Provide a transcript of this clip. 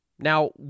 Now